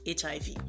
HIV